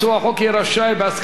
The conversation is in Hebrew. בהסכמת שר האוצר,